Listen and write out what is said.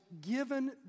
given